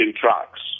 trucks